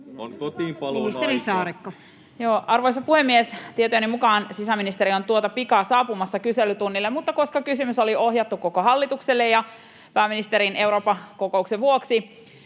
Content: Arvoisa puhemies! Tietojeni mukaan sisäministeri on tuota pikaa saapumassa kyselytunnille, mutta koska kysymys oli ohjattu koko hallitukselle ja pääministerin Eurooppa-kokouksen vuoksi